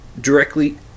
directly